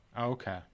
okay